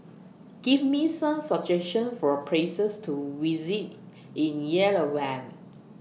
Give Me Some suggestions For Places to visit in Yerevan